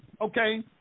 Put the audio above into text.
Okay